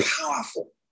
powerful